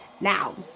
Now